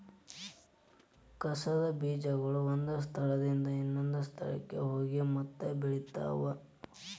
ಕಸದ ಬೇಜಗಳು ಒಂದ ಸ್ಥಳದಿಂದ ಇನ್ನೊಂದ ಸ್ಥಳಕ್ಕ ಹೋಗಿ ಮತ್ತ ಬೆಳಿತಾವ